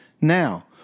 Now